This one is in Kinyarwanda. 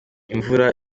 imvura